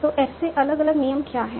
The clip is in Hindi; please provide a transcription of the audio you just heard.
तो एस से अलग अलग नियम क्या हैं